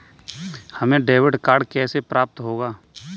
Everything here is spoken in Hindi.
हमें डेबिट कार्ड कैसे प्राप्त होगा?